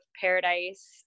paradise